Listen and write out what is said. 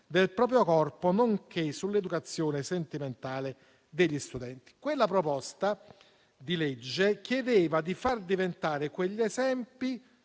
del proprio corpo, nonché sull'educazione sentimentale degli studenti. Quella proposta di legge chiedeva di far diventare quegli esempi,